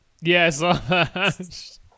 Yes